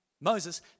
Moses